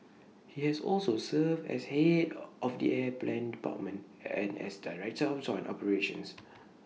he has also served as Head of the airplan department and as director of joint operations